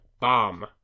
Bomb